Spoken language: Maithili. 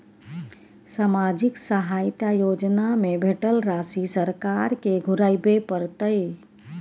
सामाजिक सहायता योजना में भेटल राशि सरकार के घुराबै परतै?